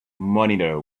monitor